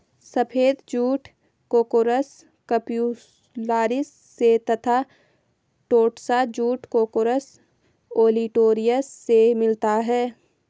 सफ़ेद jute Corchorus capsularis से तथा टोस्सा जूट कोर्कोरस ओलिटोरियस से मिलता है